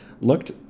Looked